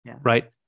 right